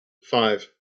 five